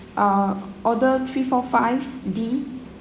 ah order three four five B